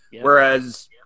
whereas